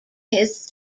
his